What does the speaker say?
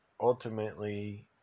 ultimately